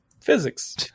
Physics